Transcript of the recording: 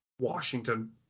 Washington